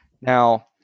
Now